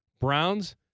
Browns